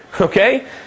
Okay